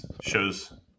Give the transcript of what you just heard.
shows